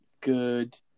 good